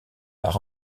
par